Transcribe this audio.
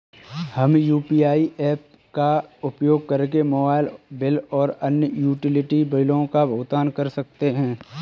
हम UPI apps का उपयोग करके मोबाइल बिल और अन्य यूटिलिटी बिलों का भुगतान कर सकते हैं